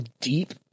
deep